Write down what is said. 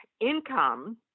income